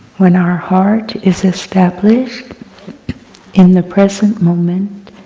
when our heart is established in the present moment,